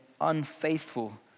unfaithful